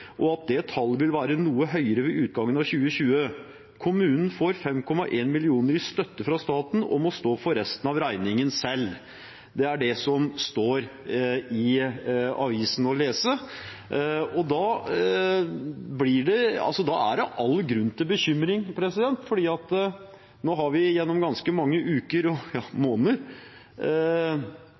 og at det tallet vil være noe høyere ved utgangen av 2020. Kommunen får 5,1 mill. kr i støtte fra staten og må stå for resten av regningen selv. Det er det som står å lese i avisen. Da er det all grunn til bekymring, for nå har vi gjennom ganske mange uker – ja, måneder